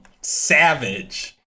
Savage